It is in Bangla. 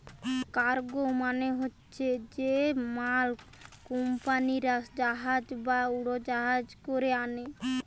কার্গো মানে হচ্ছে যে মাল কুম্পানিরা জাহাজ বা উড়োজাহাজে কোরে আনে